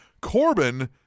Corbin